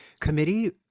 committee